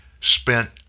spent